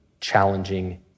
challenging